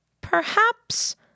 Perhaps